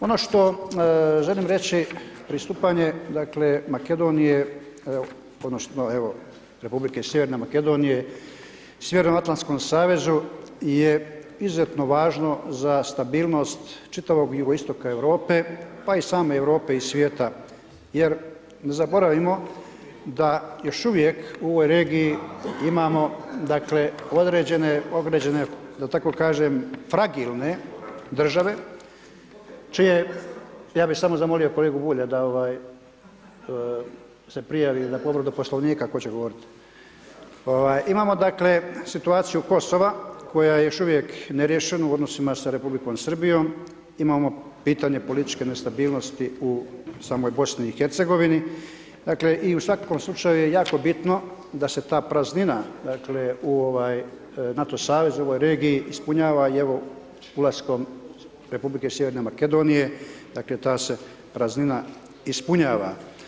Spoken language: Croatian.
Ono što želim reći, pristupanje dakle Makedonije odnosno evo Republike Sjeverne Makedonije Sjevernoatlantskom savezu je izuzetno važno za stabilnost čitavog jugoistoka Europe pa i same Europe i svijeta jer ne zaboravimo da još uvijek u ovoj regiji imamo dakle određene ograđene da tako kažem, fragilne države čije, ja bi samo zamolio kolegu Bulja da prijavi za povredu Poslovnika ako će govoriti, imamo dakle situaciju Kosova koja je još uvijek neriješena u odnosima sa Republikom Srbijom, imamo pitanje političke nestabilnosti u samoj BiH, dakle i u svakom slučaju je jako bitno da se ta praznina dakle u NATO savezu, u ovoj regiji ispunjava i evo, ulaskom Republike Sjeverne Makedonije dakle ta se praznina ispunjava.